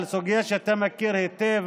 על סוגיה שאתה מכיר היטב,